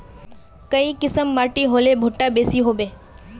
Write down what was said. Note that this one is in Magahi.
काई किसम माटी होले भुट्टा बेसी होबे?